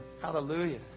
Hallelujah